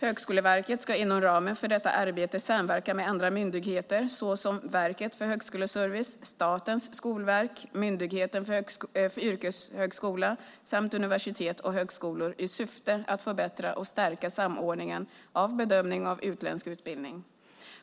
Högskoleverket ska inom ramen för detta arbete samverka med andra myndigheter såsom Verket för högskoleservice, Statens skolverk och Myndigheten för yrkeshögskolan samt universitet och högskolor, i syfte att förbättra och stärka samordningen av bedömning av utländsk utbildning.